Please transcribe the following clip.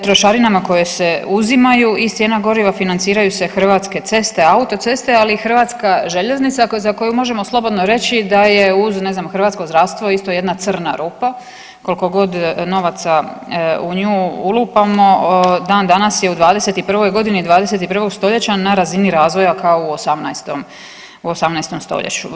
Trošarinama koje se uzimaju iz cijena goriva financiraju se Hrvatske ceste, autoceste, ali i Hrvatska željeznica za koju možemo slobodno reći da je uz ne znam hrvatsko zdravstvo isto jedna crna rupa koliko god novaca u nju ulupamo dan danas je u 21. godini 21. stoljeća na razini razvoja kao u 18. stoljeću.